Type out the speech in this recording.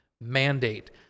mandate